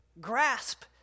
Grasp